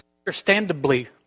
understandably